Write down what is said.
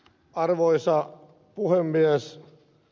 arvoisa puhemies